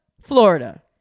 Florida